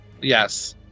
Yes